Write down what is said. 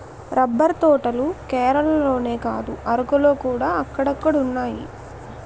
rubber తోటలు కేరళలోనే కాదు అరకులోకూడా అక్కడక్కడున్నాయి